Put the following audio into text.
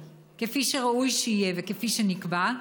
כפי שראוי שיהיה וכפי שנקבע?